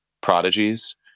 prodigies